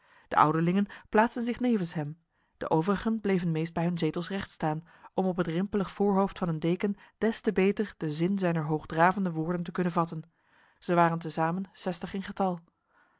de ouderlingen plaatsten zich nevens hem de overigen bleven meest bij hun zetels rechtstaan om op het rimpelig voorhoofd van hun deken des te beter de zin zijner hoogdravende woorden te kunnen vatten zij waren te samen zestig in getal